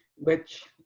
which